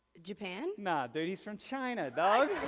japan? nah dude, he's from china dog.